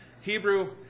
Hebrew